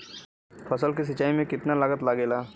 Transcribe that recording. फसल की सिंचाई में कितना लागत लागेला?